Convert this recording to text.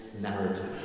narrative